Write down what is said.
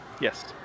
Yes